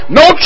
no